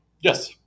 Yes